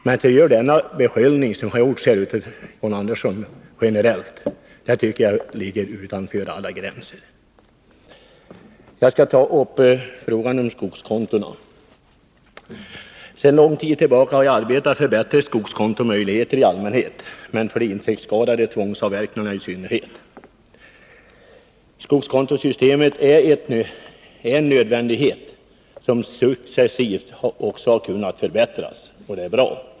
Men den generella beskyllning som John Andersson gjorde tycker jag ligger utanför alla gränser. Jag skall ta upp frågan om skogskontona. Sedan lång tid tillbaka har jag arbetat för bättre skogskontomöjligheter i allmänhet men för de insektsskadade tvångsavverkningarna i synnerhet. Skogskontosystemet är en nödvändighet. Det har successivt kunnat förbättras, vilket är bra.